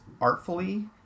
artfully